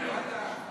אני לא יודע.